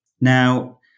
Now